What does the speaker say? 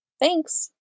Thanks